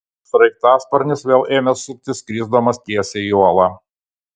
sraigtasparnis vėl ėmė suktis skrisdamas tiesiai į uolą